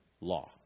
law